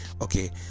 okay